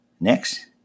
Next